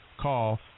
Call